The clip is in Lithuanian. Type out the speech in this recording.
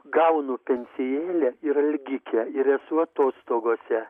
gaunu pensijėlę ir algikę ir esu atostogose